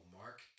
Mark